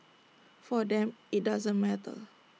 for them IT doesn't matter